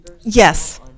Yes